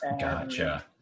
Gotcha